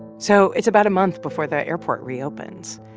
so it's about a month before the airport reopens,